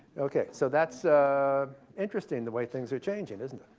okay. so that's interesting the way things are changing, isn't it?